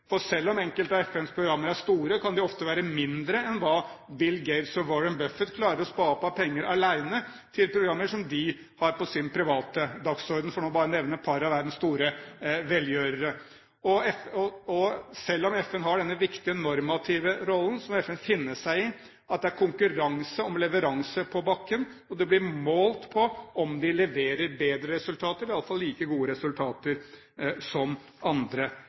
For selv om enkelte av FNs programmer er store, kan de ofte være mindre enn det Bill Gates og Warren Buffett klarer å spa opp av penger alene til programmer som de har på sin private dagsorden – for bare å nevne et par av verdens store velgjørere. Selv om FN har denne viktige normative rollen, må FN finne seg i at det er konkurranse om leveranse på bakken, og de blir målt på om de leverer bedre resultater, i alle fall like gode resultater, som andre